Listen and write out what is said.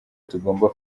tugomba